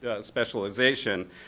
specialization